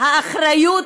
מהאחריות